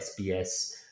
SBS